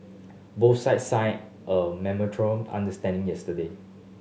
both sides signed a memorandum understanding yesterday